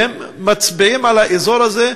והן מצביעות על האזור הזה,